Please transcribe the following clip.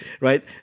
Right